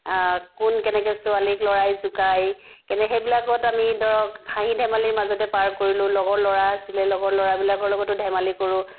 কোন কেনেকৈ ছোৱালীক ল'ৰাই জোকাই কেনে সেইবিলাকত আমি ধৰক হাঁহি ধেমালিৰ মাজতে পাৰ কৰিলোঁ লগৰ ল'ৰা আছিলে লগৰ ল'ৰাবিলাকৰ লগতো ধেমালি কৰোঁ